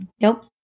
Nope